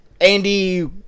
andy